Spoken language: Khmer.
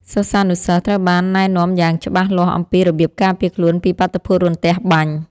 សិស្សានុសិស្សត្រូវបានណែនាំយ៉ាងច្បាស់លាស់អំពីរបៀបការពារខ្លួនពីបាតុភូតរន្ទះបាញ់។